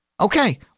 Okay